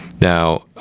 Now